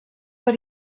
per